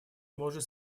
может